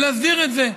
ולהסדיר את זה,